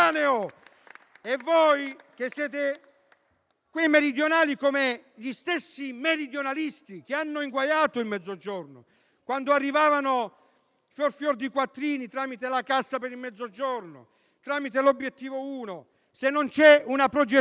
Voi siete meridionali, come gli stessi meridionalisti che hanno inguaiato il Mezzogiorno; quando arrivavano fior fior di quattrini tramite la Cassa per il Mezzogiorno, tramite l'obiettivo uno. Se non c'è una progettualità